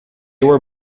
were